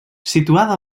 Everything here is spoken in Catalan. situada